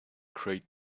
great